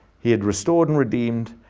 he had restored and redeemed.